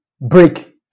break